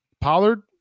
Pollard